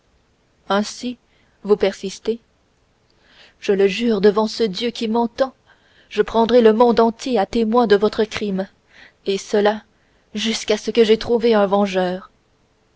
ainsi vous persistez je le jure devant ce dieu qui m'entend je prendrai le monde entier à témoin de votre crime et cela jusqu'à ce que j'aie trouvé un vengeur